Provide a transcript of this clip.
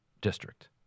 district